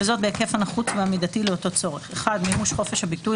וזאת בהיקף הנחוץ והמידתי לאותו צורך: מימוש חופש הביטוי,